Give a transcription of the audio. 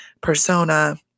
persona